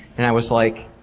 and i was like,